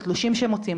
לתלושים שהם מוצאים,